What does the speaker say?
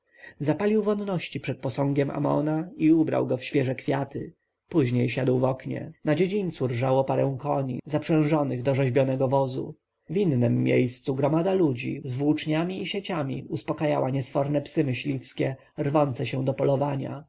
zapalił wonności przed posągiem amona i ubrał go w świeże kwiaty później siadł w oknie na dziedzińcu rżało parę koni zaprzężonych do rzeźbionego wozu w innem miejscu gromada ludzi z włóczniami i sieciami uspakajała niesforne psy myśliwskie rwące się do polowania